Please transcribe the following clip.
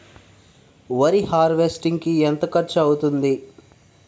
వరి హార్వెస్టింగ్ కి ఎంత ఖర్చు అవుతుంది?